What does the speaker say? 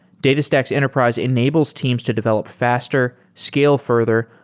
datastax enterprise enables teams to develop faster, scale further,